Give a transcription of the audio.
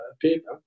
paper